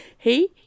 Hey